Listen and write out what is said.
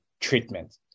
Treatment